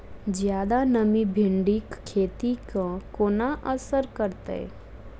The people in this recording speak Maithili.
जियादा नमी भिंडीक खेती केँ कोना असर करतै?